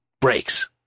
breaks